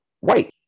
white